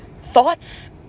Thoughts